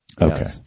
Okay